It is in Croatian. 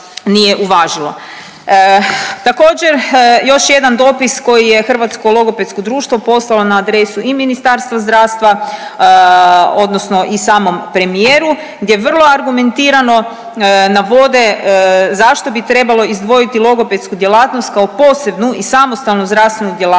Također još jedan dopis koji je Hrvatsko logopedsko društvo poslalo na adresu i Ministarstva zdravstva odnosno i samom premijeru gdje vrlo argumentirano navode zašto bi trebalo izdvojiti logopedsku djelatnost kao posebnu i samostalnu zdravstvenu djelatnost